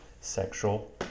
sexual